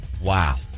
Wow